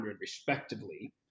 respectively